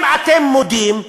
אם אתם מודים,